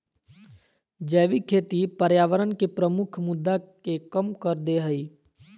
जैविक खेती पर्यावरण के प्रमुख मुद्दा के कम कर देय हइ